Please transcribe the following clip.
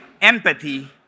empathy